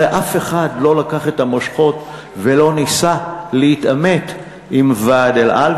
הרי אף אחד לא לקח את המושכות ולא ניסה להתעמת עם ועד "אל על",